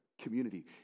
community